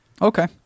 Okay